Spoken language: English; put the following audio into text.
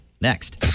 next